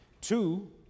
Two